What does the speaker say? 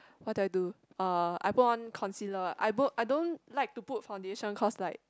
what do I do uh I put on concealer I don't I don't like to put foundation because like